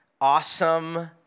awesome